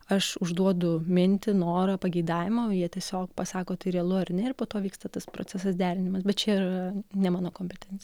aš užduodu mintį norą pageidavimą o jie tiesiog pasako tai realu ar ne ir po to vyksta tas procesas derinimas bet čia yra ne mano kompetencija